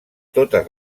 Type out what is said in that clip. totes